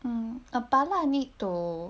mm 二八啦 need to